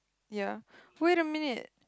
ya wait a minute